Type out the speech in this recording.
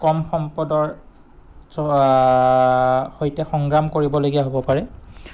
কম সম্পদৰ সৈতে সংগ্ৰাম কৰিবলগীয়া হ'ব পাৰে